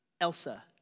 Elsa